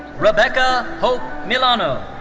rebecca hope milano.